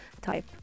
type